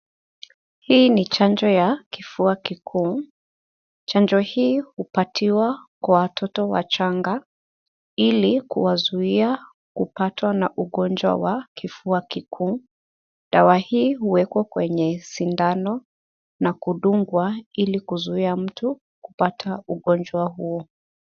Hii ni chanjo ya kifua kikuu. Chanjo hii hupatiwa kwa watoto wachanga ili kuwazuia kupatwa na ugonjwa wa kifua kikuu. Dawa hii huwekwa kwenye sindano na kudungwa ili kuzuia mtu kupata ugonjwa huo.